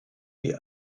wie